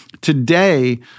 Today